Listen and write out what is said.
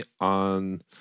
on